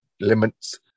limits